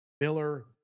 Miller